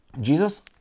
Jesus